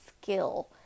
skill